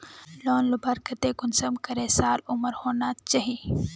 Loan लुबार केते कुंसम करे साल उमर होना चही?